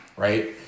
Right